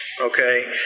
okay